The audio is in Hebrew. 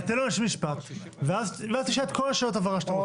אבל תן לו להשלים משפט ואז תשאל את כל שאלות ההבהרה שאתה רוצה.